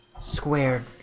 squared